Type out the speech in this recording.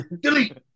delete